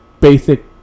basic